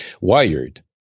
wired